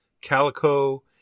Calico